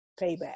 payback